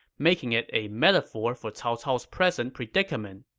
making it a metaphor for cao cao's present predicament.